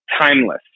timeless